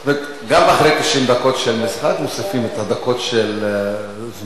גם אחרי 90 דקות של משחק מוסיפים את הדקות של זמן אבוד,